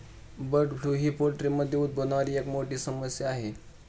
bird flu ही पोल्ट्रीमध्ये उद्भवणारी एक मोठी समस्या आहे